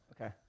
okay